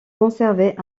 conservé